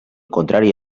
contrari